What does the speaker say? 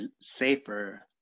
safer